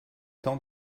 temps